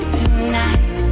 tonight